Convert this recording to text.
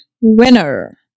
winner